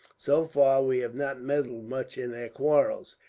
so far we have not meddled much in their quarrels,